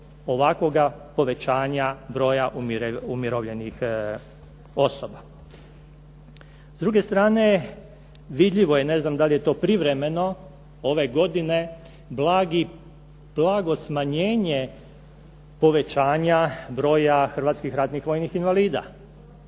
ovakvoga povećanja broja umirovljenih osoba. S druge strane, vidljivo je, ne znam da li je to privremeno, ove godine blago smanjenje povećanja broja hrvatskih ratnih vojnih invalida.